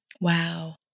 Wow